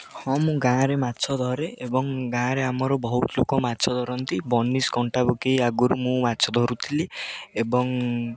ହଁ ମୁଁ ଗାଁରେ ମାଛ ଧରେ ଏବଂ ଗାଁରେ ଆମର ବହୁତ ଲୋକ ମାଛ ଧରନ୍ତି ବନିଶ କଣ୍ଟା ପକେଇ ଆଗରୁ ମୁଁ ମାଛ ଧରୁଥିଲି ଏବଂ